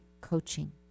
coaching